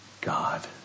God